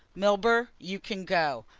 milburgh, you can go.